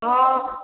ହଁ